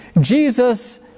Jesus